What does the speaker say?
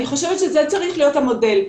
אני חושבת שזה צריך להיות המודל.